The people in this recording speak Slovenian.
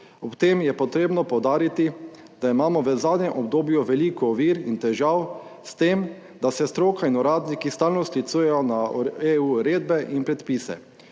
Ob tem je potrebno poudariti, da imamo v zadnjem obdobju veliko ovir in težav s tem, da se stroka in uradniki stalno sklicujejo na EU uredbe in predpise.